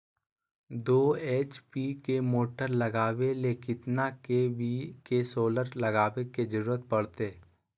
दो एच.पी के मोटर चलावे ले कितना के.वी के सोलर लगावे के जरूरत पड़ते?